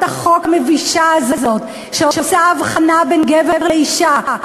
החוק הזאת שבאה לבטל את ההבחנה בין גבר לאישה,